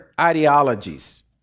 ideologies